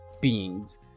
beings